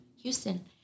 Houston